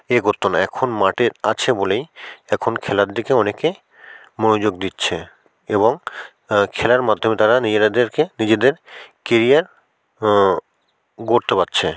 এগোত না এখন মাঠ আছে বলেই এখন খেলার দিকে অনেকে মনোযোগ দিচ্ছে এবং খেলার মাধ্যমে তারা নিজেরাদেরকে নিজেদের কেরিয়ার গড়তে পারছে